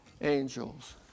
angels